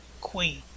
Queen